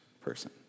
person